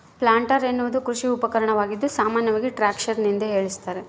planter ಎನ್ನುವುದು ಕೃಷಿ ಉಪಕರಣವಾಗಿದ್ದು ಸಾಮಾನ್ಯವಾಗಿ ಟ್ರಾಕ್ಟರ್ನ ಹಿಂದೆ ಏಳಸ್ತರ